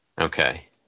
Okay